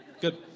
Good